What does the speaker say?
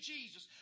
Jesus